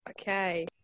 Okay